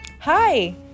Hi